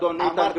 אדון איתן כבל,